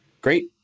great